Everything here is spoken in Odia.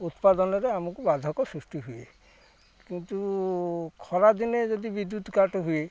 ଉତ୍ପାଦନରେ ଆମକୁ ବାଧକ ସୃଷ୍ଟି ହୁଏ କିନ୍ତୁ ଖରାଦିନେ ଯଦି ବିଦ୍ୟୁତ କାଟ୍ ହୁଏ